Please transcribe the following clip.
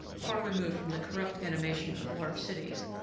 far removed from the corrupt animation of large cities,